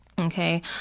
okay